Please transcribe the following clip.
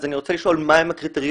אז אני רוצה לשאול מה הם הקריטריונים.